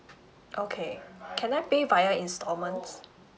okay can I pay via installments